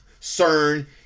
CERN